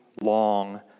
long